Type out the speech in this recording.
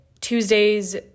Tuesdays